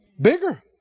Bigger